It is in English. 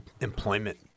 employment